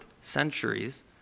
centuries